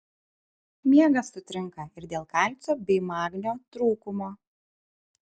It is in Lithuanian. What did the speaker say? miegas sutrinka ir dėl kalcio bei magnio trūkumo